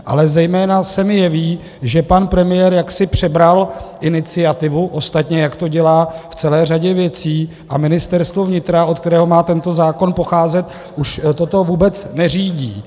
Ale zejména se mi jeví, že pan premiér jaksi přebral iniciativu, ostatně jak to dělá v celé řadě věcí, a Ministerstvo pro místní rozvoj, od kterého má tento zákon pocházet, už to vůbec neřídí.